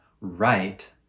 right